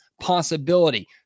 possibility